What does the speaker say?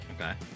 Okay